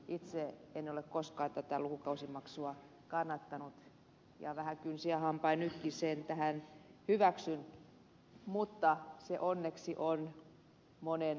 itse en ole koskaan tätä lukukausimaksua kannattanut ja vähän kynsin ja hampain nytkin sen tähän hyväksyn mutta onneksi se on monen lukon takana